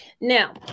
Now